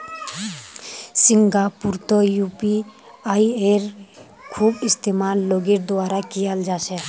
सिंगापुरतो यूपीआईयेर खूब इस्तेमाल लोगेर द्वारा कियाल जा छे